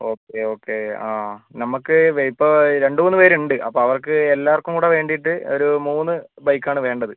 okay okay ആ നമുക്ക് വ് ഇപ്പം രണ്ട് മൂന്ന് പേർ ഉണ്ട് അപ്പം അവർക്ക് എല്ലാവർക്കും കൂടെ വേണ്ടിയിട്ട് ഒരു മൂന്ന് ബൈക്ക് ആണ് വേണ്ടത്